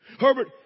Herbert